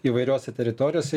įvairiose teritorijose